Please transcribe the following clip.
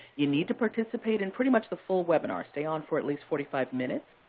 you need to participate in pretty much the full webinar stay on for at least forty five minutes.